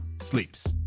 Sleeps